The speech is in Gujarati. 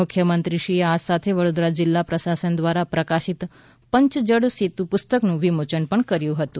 મુખ્યમંત્રીશ્રી એ આ સાથે વડોદરા જિલ્લા પ્રશાસન દ્રારા પ્રકાશિત પંચ જળ સેતુ પુસ્તકનું વિમોચન પણ કર્યું હતું